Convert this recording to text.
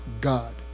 God